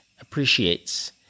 appreciates